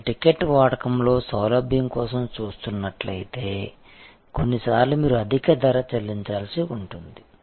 మీరు టికెట్ వాడకంలో సౌలభ్యం కోసం చూస్తున్నట్లయితే కొన్నిసార్లు మీరు అధిక ధర చెల్లించాల్సి ఉంటుంది